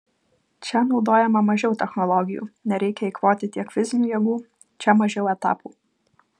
čia naudojama mažiau technologijų nereikia eikvoti tiek fizinių jėgų čia mažiau etapų